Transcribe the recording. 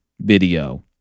video